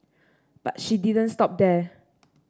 but she didn't stop there